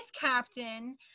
captain